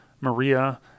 Maria